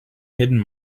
hidden